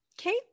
Okay